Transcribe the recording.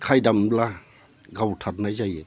खायदा मोनब्ला गावथारनाय जायो